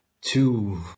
two